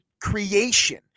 creation